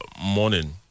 morning